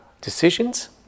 decisions